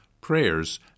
prayers